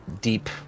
deep